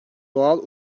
doğal